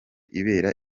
ibera